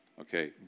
Okay